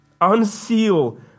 Unseal